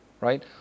right